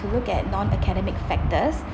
you look at non academic factors